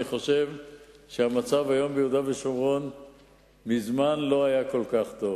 אני חושב שהמצב ביהודה ושומרון מזמן לא היה כל כך טוב.